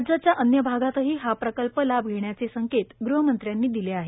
राज्याच्या अन्य भागातही हा प्रकल्प लाभ घेण्याचे संकेत गृहमंत्र्यांनी दिले आहे